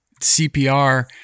CPR